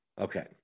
Okay